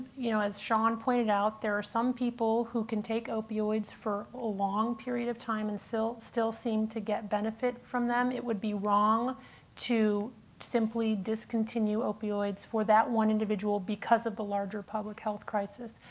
you know as sean pointed out, there are some people who can take opioids for a long period of time and still still seem to get benefit from them. it would be wrong to simply discontinue opioids for that one individual because of the larger public health crisis.